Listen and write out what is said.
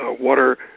water